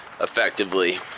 effectively